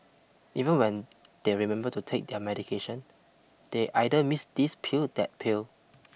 even when they remember to take their medication they either miss this pill that pill